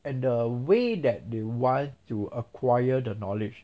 and the way that they want to acquire the knowledge